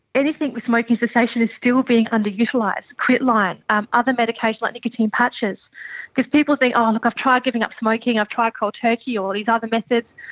anything with smoking cessation is still being underutilised quitline, um other medication like nicotine patches because people think, ah look, i've tried giving up smoking, i've tried cold turkey or these other methods,